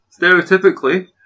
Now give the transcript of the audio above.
Stereotypically